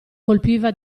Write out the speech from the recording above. colpiva